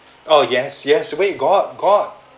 oh yes yes we got got